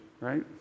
right